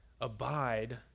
Abide